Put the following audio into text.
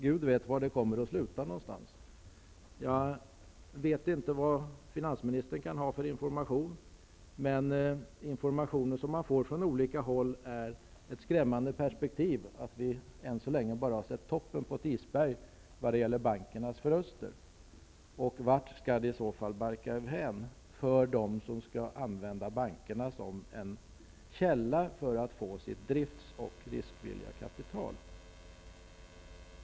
Gud vet var det kommer att sluta någonstans. Jag vet inte vad finansministern kan ha för informationer, men de informationer vi får från olika håll är skrämmande. Det verkar som att vi än så länge bara har sett toppen på ett isberg vad gäller bankernas förluster. Vart skall det i så fall barka i väg för dem som skall använda bankerna som en källa för att få sitt drift och riskkapital?